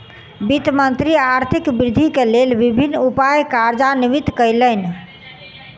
वित्त मंत्री आर्थिक वृद्धि के लेल विभिन्न उपाय कार्यान्वित कयलैन